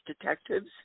Detectives